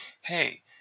hey